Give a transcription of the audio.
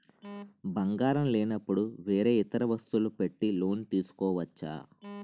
బంగారం లేనపుడు వేరే ఇతర వస్తువులు పెట్టి లోన్ తీసుకోవచ్చా?